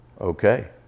okay